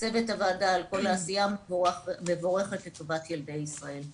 ולצוות הוועדה על כל העשייה המבורכת לטובת ילדי ישראל.